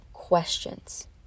questions